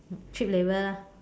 cheap labour lah